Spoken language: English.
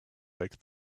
back